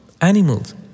animals